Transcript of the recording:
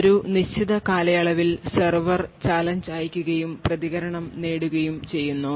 ഒരു നിശ്ചിത കാലയളവിൽ സെർവർ ചാലഞ്ച് അയയ്ക്കുകയും പ്രതികരണം നേടുകയും ചെയ്യുന്നു